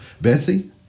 Betsy